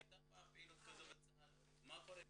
הייתה פעם פעילות כזאת בצה"ל ומה קורה כרגע.